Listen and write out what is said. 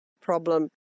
problem